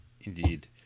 Indeed